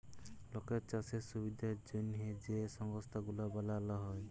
লকের চাষের সুবিধার জ্যনহে যে সংস্থা গুলা বালাল হ্যয়